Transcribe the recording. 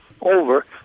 over